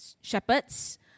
shepherds